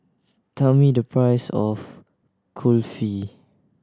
tell me the price of Kulfi